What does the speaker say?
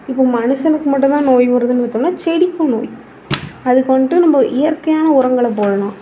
இப்போ மனுஷக்கு மட்டும் தான் நோய் வருதுன்னு பார்த்தோம்னா செடிக்கும் நோய் அதுக்கு வந்துட்டு நம்ம இயற்கையான உரங்களை போடணும்